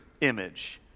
image